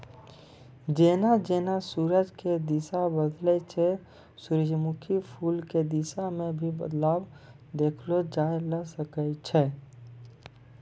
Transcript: जेना जेना सूरज के दिशा बदलै छै सूरजमुखी फूल के दिशा मॅ भी बदलाव देखलो जाय ल सकै छै